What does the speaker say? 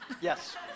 yes